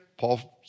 Paul